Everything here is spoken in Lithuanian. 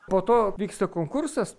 po to vyksta konkursas